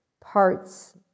parts